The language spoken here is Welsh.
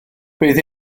bydd